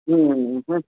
હમ હમ